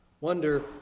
Wonder